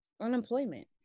unemployment